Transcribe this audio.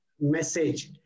message